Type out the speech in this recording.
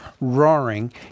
Roaring